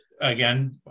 Again